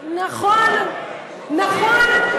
נכון, נכון, נכון.